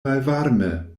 malvarme